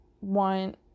want